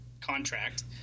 contract